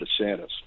DeSantis